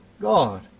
God